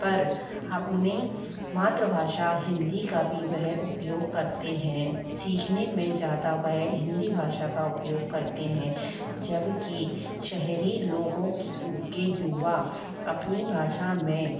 पर अपने मातृभाषा हिंदी का भी वह उपयोग करते हैं सीखने में ज़्यादा वह हिंदी भाषा का उपयोग करते हैं जब की शहरी लोगों की के युवा अपनी भाषा में